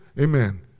amen